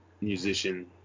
musician